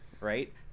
right